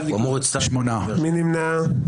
מי נמנע?